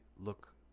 look